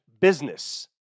business